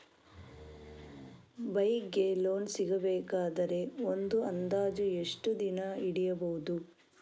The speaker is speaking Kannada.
ಬೈಕ್ ಗೆ ಲೋನ್ ಸಿಗಬೇಕಾದರೆ ಒಂದು ಅಂದಾಜು ಎಷ್ಟು ದಿನ ಹಿಡಿಯಬಹುದು?